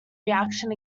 reaction